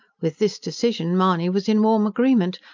with this decision mahony was in warm agreement,